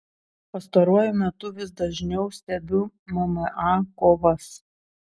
pastaruoju metu vis dažniau stebiu mma kovas